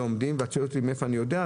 ואם תשאלי אותי מאיפה אני יודע,